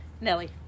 Nelly